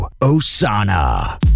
Osana